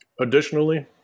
Additionally